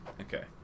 Okay